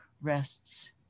rests